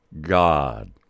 God